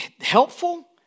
helpful